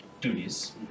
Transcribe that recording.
duties